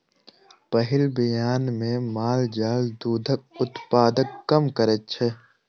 पहिल बियान मे माल जाल दूधक उत्पादन कम करैत छै